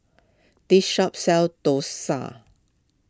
this shop sells Dosa